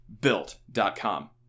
Built.com